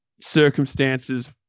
circumstances